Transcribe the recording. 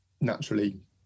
naturally